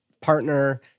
partner